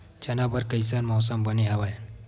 चना बर कइसन मौसम बने हवय?